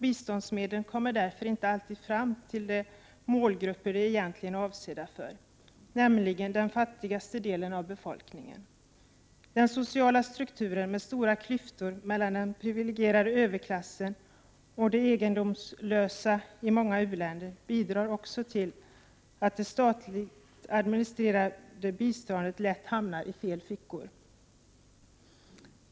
Biståndsmedlen kommer därför inte alltid fram till de målgrupper de egentligen är avsedda för, nämligen den fattigaste delen av befolkningen. Den sociala strukturen med stora klyftor mellan den privilegierade överklassen och de egendomslösa i många u-länder bidrar också till att det statligt administrerade biståndet lätt hamnar i fel fickor.